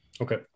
Okay